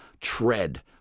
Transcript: tread